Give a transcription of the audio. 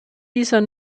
dieser